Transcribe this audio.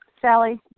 Sally